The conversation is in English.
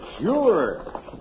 sure